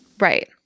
Right